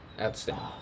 Outstanding